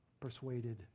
persuaded